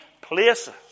places